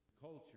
culture